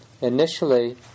initially